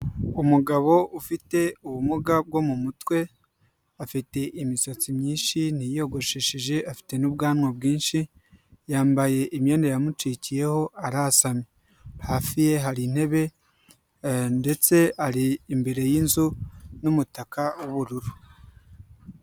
Umugabo ufite ubumuga bwo mu mutwe, afite imisatsi myinshi ntiyiyogosheshe afite n'ubwanwa bwinshi, yambaye imyenda yamucikiyeho arasamye, hafi ye hari intebe ndetse ari imbere y'inzu n'umutaka w'ubururu.